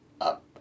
up